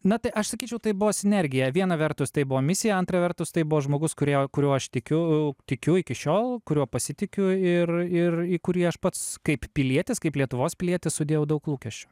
na tai aš sakyčiau tai buvo sinergija viena vertus tai buvo misija antra vertus tai buvo žmogus kurio kuriuo aš tikiu tikiu iki šiol kuriuo pasitikiu ir ir į kurį aš pats kaip pilietis kaip lietuvos pilietis sudėjau daug lūkesčių